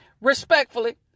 respectfully